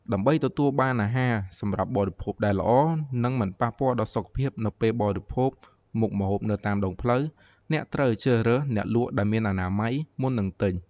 ដើម្បីទទួលបានអាហារសម្រាប់បរិភោគដែលល្អ និងមិនប៉ះពាល់ដល់សុខភាពនៅពេលអ្នកបរិភោគមុខម្ហូបនៅតាមដងផ្លូវ អ្នកត្រូវតែជ្រើសរើសអ្នកលក់ដែលមានអនាម័យ មុននឹងទិញ។